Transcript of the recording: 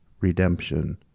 redemption